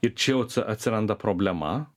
ir čia jau ats atsiranda problema